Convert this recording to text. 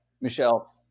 Michelle